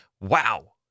Wow